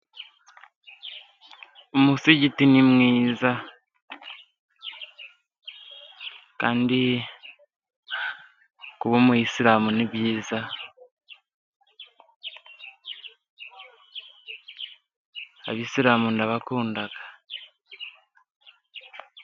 Umusigiti ni mwiza kandi kuba umuyisilamu ni byiza, abayisiramu ndabakunda.